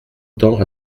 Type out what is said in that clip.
temps